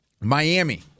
Miami